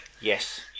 Yes